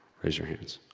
raise your hands.